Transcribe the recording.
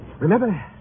Remember